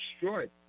destroyed